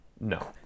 No